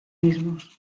mismos